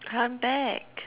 I'm back